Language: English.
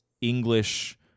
English